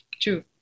True